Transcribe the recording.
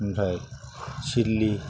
ओमफ्राय सिल्लि